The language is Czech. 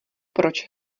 proč